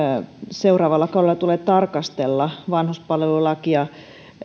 seuraavalla kaudella tulee tarkastella vanhuspalvelulakia